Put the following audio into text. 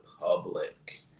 public